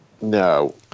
No